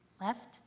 Left